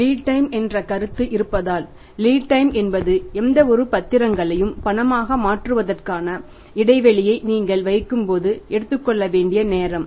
lead time என்பது எந்தவொரு பத்திரங்களையும் பணமாக மாற்றுவதற்கான இடைவெளியை நீங்கள் வைக்கும்போது எடுத்துக்கொள்ள வேண்டிய நேரம்